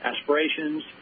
aspirations